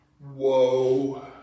Whoa